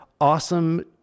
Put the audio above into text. awesome